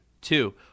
Two